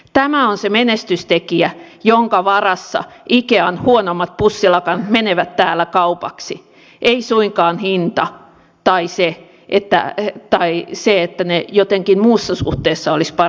tämä on se menestystekijä jonka varassa ikean huonommat pussilakanat menevät täällä kaupaksi ei suinkaan hinta tai se että ne jotenkin muussa suhteessa olisivat parempia